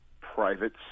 private